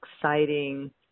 exciting